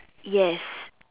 yes